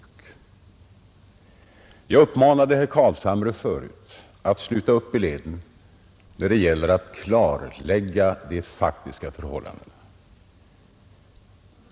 Jag uppmanade herr Carlshamre förut att sluta upp i leden när det gäller att klarlägga de faktiska förhållandena.